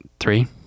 Three